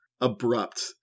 abrupt